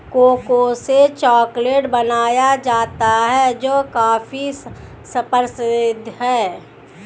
cocoa से chocolate बनाया जाता है जो काफी प्रसिद्ध है